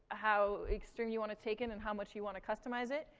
how extreme you want to take it, and how much you want to customize it.